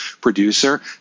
producer